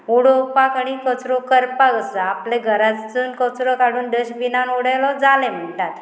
उडोवपाक आनी कचरो करपाक आसा आपले घरांत कचरो काडून डस्टबिनान उडयलो जाले म्हणटात